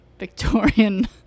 Victorian